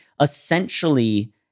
essentially